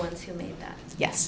ones who made that yes